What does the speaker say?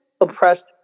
oppressed